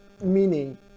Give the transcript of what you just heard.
meaning